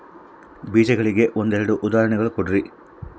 ಬೇಜಗಳಿಗೆ ಒಂದೆರಡು ಉದಾಹರಣೆ ಕೊಡ್ರಿ?